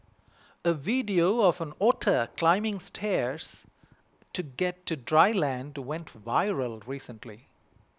a video of an otter climbing stairs to get to dry land to went viral recently